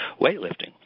weightlifting